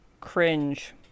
cringe